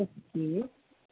okay